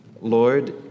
Lord